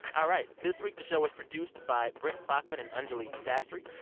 all right, this week, the show was produced by brent baughman and anjuli sastry.